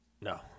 No